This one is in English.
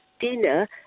dinner